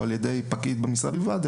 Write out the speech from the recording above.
או על ידי פקיד במשרד בלבד,